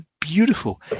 beautiful